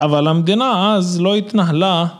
אבל המדינה אז לא התנהלה